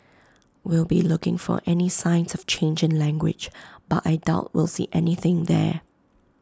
we'll be looking for any signs of change in language but I doubt will see anything there